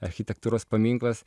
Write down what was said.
architektūros paminklas